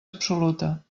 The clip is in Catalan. absoluta